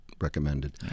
recommended